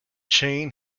chain